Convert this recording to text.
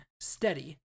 Steady